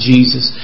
Jesus